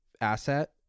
asset